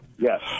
Yes